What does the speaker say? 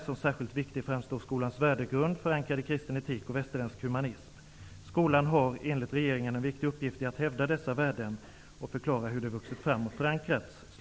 Som särskilt viktig framstår skolans värdegrund, förankrad i kristen etik och västerländsk humanism. Skolan har enligt regeringen en viktig uppgift i att hävda dessa värden och förklara hur de vuxit fram och förankrats.''